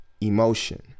emotion